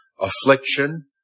affliction